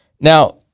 Now